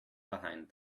behind